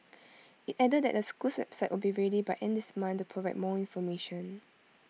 IT added that the school's website will be ready by end this month to provide more information